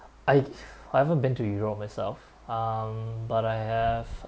I've I haven't been to europe myself um but I have